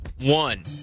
one